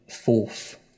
fourth